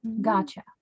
Gotcha